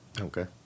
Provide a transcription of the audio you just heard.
Okay